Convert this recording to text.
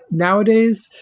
nowadays,